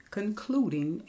concluding